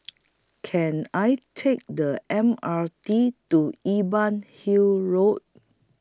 Can I Take The M R T to Imbiah Hill Road